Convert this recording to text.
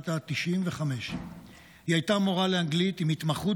בת 95. היא הייתה מורה לאנגלית עם התמחות